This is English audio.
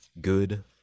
good